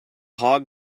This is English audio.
hog